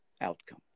outcome